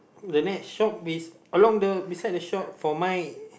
the next shop is along the beside the shop for my